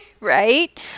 right